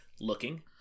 looking